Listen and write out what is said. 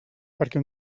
perquè